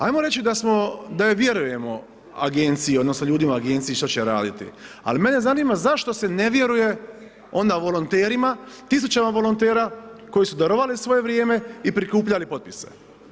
Ajmo reći da joj vjerujemo, agenciji, ljudima u agenciji što će raditi, ali mene zanima zašto se ne vjeruje onda volonterima, tisućama volontera koji su darovali svoje vrijeme i prikupljali potpise.